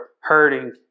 hurting